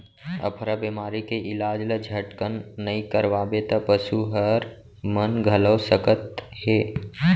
अफरा बेमारी के इलाज ल झटकन नइ करवाबे त पसू हर मन घलौ सकत हे